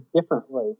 differently